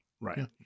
Right